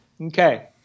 Okay